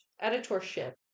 editorship